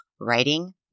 writing